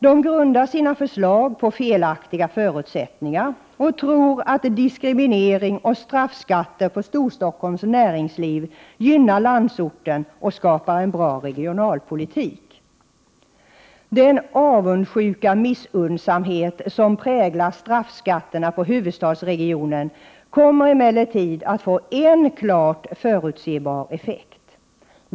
De grundar sina förslag på felaktiga förutsättningar och tror att diskriminering och straffskatter på Storstockholms näringsliv gynnar landsorten och skapar en bra regionalpolitik. Den avundsjuka och missunnsamhet som präglar straffskatterna på huvudstadsregionen kommer emellertid att få en klart förutsebar effekt.